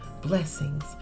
blessings